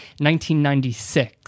1996